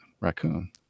Raccoon